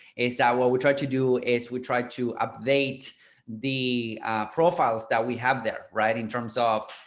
is that what we try to do is we try to update the profiles that we have there, right in terms of,